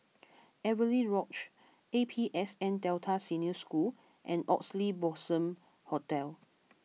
Avery Lodge A P S N Delta Senior School and Oxley Blossom Hotel